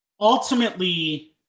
ultimately